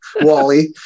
Wally